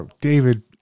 David